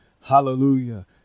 Hallelujah